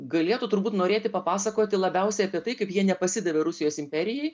galėtų turbūt norėti papasakoti labiausiai apie tai kaip jie nepasidavė rusijos imperijai